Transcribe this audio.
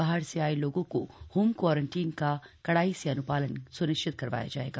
बाहर से आये लोगों का होम क्वारन्टीन का कड़ाई से अन्पालन स्निश्चित करवाया जाएगा